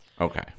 Okay